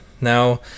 Now